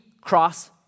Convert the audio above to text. cross